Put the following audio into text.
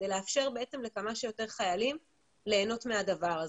זה מאפשר לכמה שיותר חיילים ליהנות מזה.